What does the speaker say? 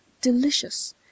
delicious